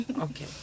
Okay